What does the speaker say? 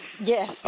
Yes